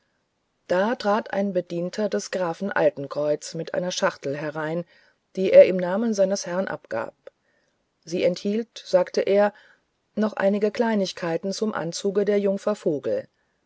da trat ein bedienter des grafen altenkreuz mit einer schachtel herein die er im namen seines herrn abgab sie enthielt sagte er noch einige kleinigkeiten zu anzuge der jungfer vogel